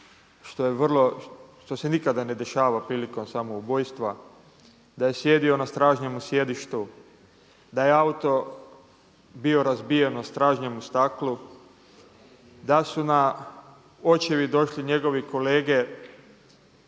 što se nikada ne dešava prilikom samoubojstva, da je sjedio na stražnjemu sjedištu, da je autu bio razbijeno stražnje mu staklo, da su na očevid došli njegovi kolege